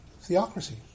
theocracy